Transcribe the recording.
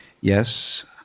Yes